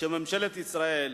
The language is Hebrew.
שממשלת ישראל,